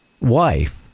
wife